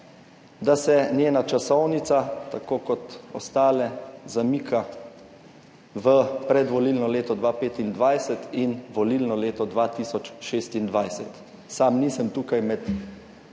da se njena časovnica, tako kot ostale, zamika v predvolilno leto 2025 in volilno leto 2026. Sam nisem tukaj med